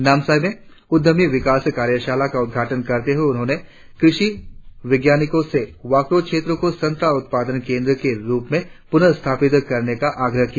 नामसाई में उद्यमिता विकास कार्यशाला का उद्घाटन करते हुए उन्होंने कृषि वैज्ञानिको से वाक्रों क्षेत्र को संतरा उत्पादन केंद्र के रुप में पून स्थापित करने का आग्रह किया